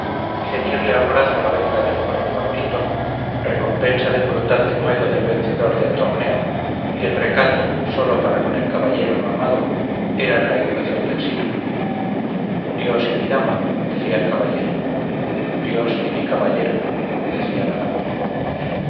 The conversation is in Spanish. ceñirle al brazo la venda del color favorito recompensa del brutal denuedo del vencedor del torneo y el recato sólo para con el caballero no amado eran la educación del siglo dios y mi dama decía el caballero dios y mi caballero decía la dama